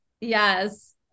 yes